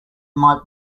might